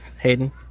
Hayden